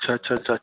अछा अछा छा छा